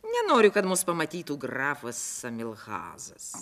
nenoriu kad mus pamatytų grafas amilhazas